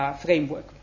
framework